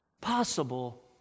possible